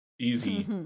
easy